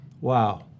Wow